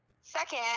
Second